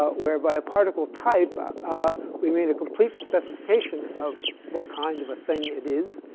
ah whereby a particle type we made a complete specification of what kind of a thing it is.